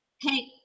Hey